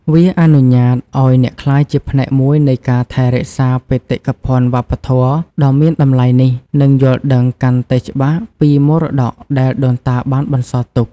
វាអនុញ្ញាតឱ្យអ្នកក្លាយជាផ្នែកមួយនៃការថែរក្សាបេតិកភណ្ឌវប្បធម៌ដ៏មានតម្លៃនេះ និងយល់ដឹងកាន់តែច្បាស់ពីមរតកដែលដូនតាបានបន្សល់ទុក។